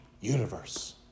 universe